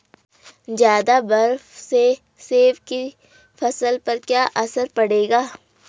ज़्यादा बर्फ से सेब की फसल पर क्या असर पड़ेगा?